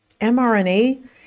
mRNA